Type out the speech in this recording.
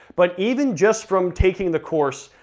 but even just from taking the course,